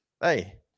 Hey